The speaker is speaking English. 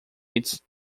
its